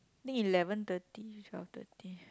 I think eleven thirty to twelve thirty